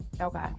Okay